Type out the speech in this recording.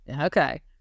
Okay